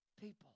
People